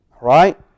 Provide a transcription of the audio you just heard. right